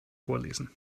vorlesen